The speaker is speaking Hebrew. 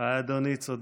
באדר התשפ"ג,